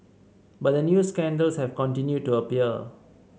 but new scandals have continued to appear